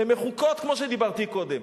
הן מחוקות, כמו שדיברתי קודם.